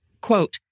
quote